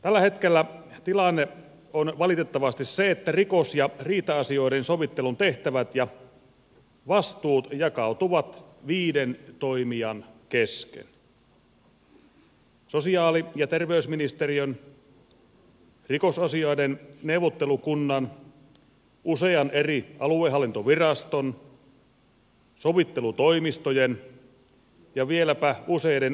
tällä hetkellä tilanne on valitettavasti se että rikos ja riita asioiden sovittelun tehtävät ja vastuut jakautuvat viiden toimijan kesken sosiaali ja terveysministeriön rikosasioiden neuvottelukunnan usean eri aluehallintoviraston sovittelutoimistojen ja vieläpä useiden sovittelijoidenkin kesken